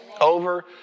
over